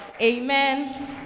Amen